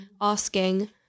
asking